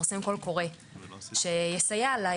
בהתאם למטרות ולרוח החוק.